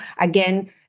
again